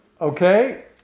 Okay